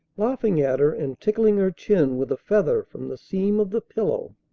laughing at her and tickling her chin with a feather from the seam of the pillow.